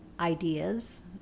ideas